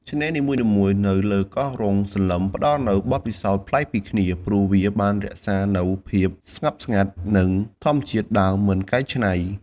ឆ្នេរនីមួយៗនៅលើកោះរ៉ុងសន្លឹមផ្តល់នូវបទពិសោធន៍ប្លែកពីគ្នា ព្រោះវាបានរក្សានូវភាពស្ងប់ស្ងាត់ និងធម្មជាតិដើមមិនកែច្នៃ។